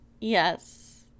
Yes